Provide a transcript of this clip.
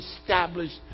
established